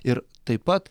ir taip pat